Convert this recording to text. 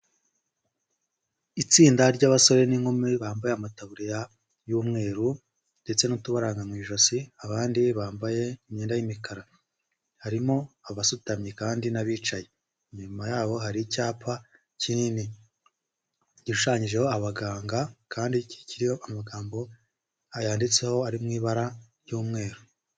Itsinda ry'abasore n'inkumi bambaye amataburiya y'umweru ndetse n'utubaranga mu ijosi abandi bambaye imyenda y'imikara harimo abasutamye kandi n'abicaye inyuma yabo hari icyapa kinini gishushanyijeho abaganga kandi kikiriho amagambo yanditseho ari mu ibara ry'umweru.